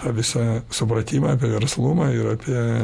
o visą supratimą apie verslumą ir apie